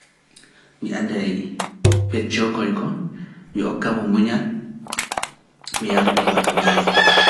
Mi aday peccoo koñko, mi okka mo muñal, mi yawa mo waɗa muñal.